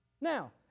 Now